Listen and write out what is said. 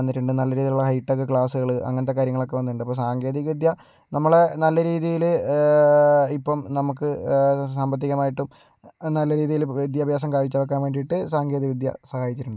വന്നിട്ടുണ്ട് നല്ല രീതിയിലുള്ള ഹൈ ടെക്ക് ക്ലാസുകൾ അങ്ങനത്തെ കാര്യങ്ങളൊക്കെ വന്നിട്ടുണ്ട് അപ്പം സാങ്കേതികവിദ്യ നമ്മളെ നല്ല രീതിയിൽ ഇപ്പം നമുക്ക് സാമ്പത്തികമായിട്ടും നല്ല രീതിയിൽ വിദ്യാഭ്യാസം കാഴ്ചവെക്കാൻ വേണ്ടിയിട്ട് സാങ്കേതികവിദ്യ സഹായിച്ചിട്ടുണ്ട്